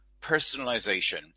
personalization